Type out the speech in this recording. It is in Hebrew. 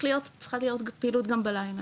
צריכה להיות פעילות גם בלילה